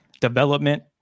development